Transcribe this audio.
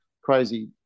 crazy